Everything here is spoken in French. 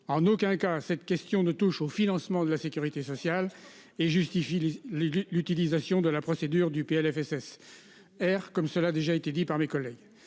en aucun cas, cette question ne touche au financement de la Sécurité sociale et justifie les les l'utilisation de la procédure du PLFSS. R comme cela a déjà été dit par mes collègues